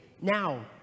now